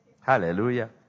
Hallelujah